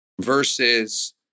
versus